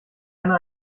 gerne